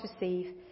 receive